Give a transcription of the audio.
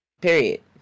Period